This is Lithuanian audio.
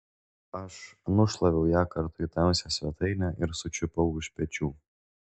aš nušlaviau ją kartu į tamsią svetainę ir sučiupau už pečių